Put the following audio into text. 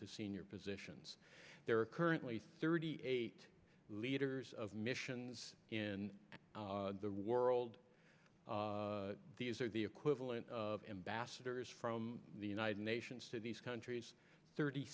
to senior positions there are currently thirty eight leaders of missions in the world these are the equivalent of ambassadors from the united nations to these countries thirty